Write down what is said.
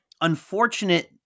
unfortunate